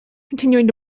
continuing